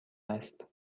است